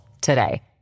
today